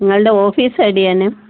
നിങ്ങളുടെ ഓഫീസ് എവിടെയാണ്